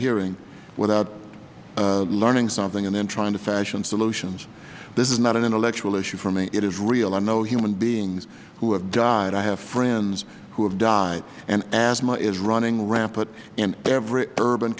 hearing without learning something and then trying to fashion solutions this is not an intellectual issue for me it is real i know human beings who have died i have friends who have died and asthma is running rampant in every urban